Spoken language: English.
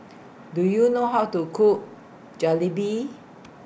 Do YOU know How to Cook Jalebi